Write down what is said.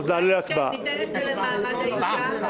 אולי תיתן את זה למעמד האישה?